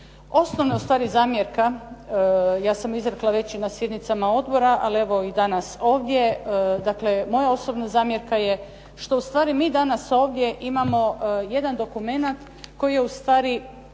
Osnovna ustvari zamjerka, ja sam izrekla već i na sjednicama odbora ali evo i danas ovdje. Dakle, moja osobna zamjerka je što ustvari mi danas ovdje imamo jedan dokumenat koji je ustvari